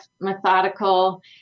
methodical